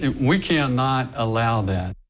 and we cannot allow that.